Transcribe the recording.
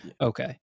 Okay